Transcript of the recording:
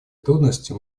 трудности